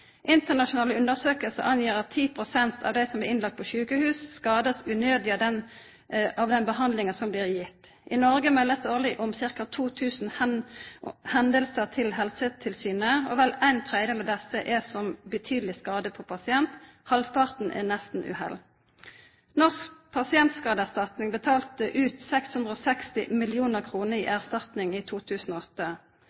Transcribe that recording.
Internasjonale undersøkingar angir at 10 pst. av dei som blir innlagde på sjukehus, blir unødig skadde av den behandlinga som blir gitt. I Noreg blir det årleg meldt om ca. 2 000 hendingar til Helsetilsynet. Vel ein tredjedel av desse gjeld betydeleg skade på pasient, halvparten er nestenuhell. Norsk pasientskadeerstatning betalte ut 660 mill. kr i